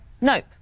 nope